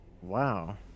Wow